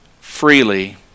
freely